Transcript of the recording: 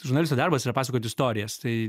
žurnalisto darbas yra pasakot istorijas tai